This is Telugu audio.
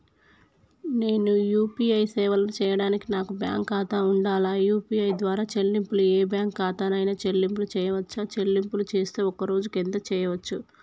నేను యూ.పీ.ఐ సేవలను చేయడానికి నాకు బ్యాంక్ ఖాతా ఉండాలా? యూ.పీ.ఐ ద్వారా చెల్లింపులు ఏ బ్యాంక్ ఖాతా కైనా చెల్లింపులు చేయవచ్చా? చెల్లింపులు చేస్తే ఒక్క రోజుకు ఎంత చేయవచ్చు?